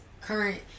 current